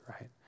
Right